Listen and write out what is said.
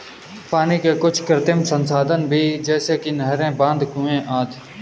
पानी के कुछ कृत्रिम संसाधन भी हैं जैसे कि नहरें, बांध, कुएं आदि